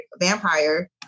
vampire